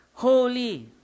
holy